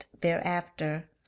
thereafter